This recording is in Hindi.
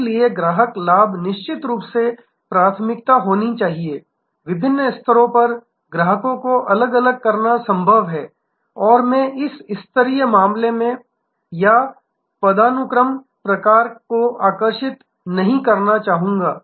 इसलिए ग्राहक लाभ निश्चित रूप से प्राथमिकता होनी चाहिए विभिन्न स्तरों पर ग्राहकों को अलग करना संभव है और मैं इस स्तरीय मामले या पदानुक्रम प्रकार को आकर्षित नहीं करना चाहूंगा